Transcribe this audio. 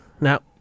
Now